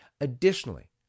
Additionally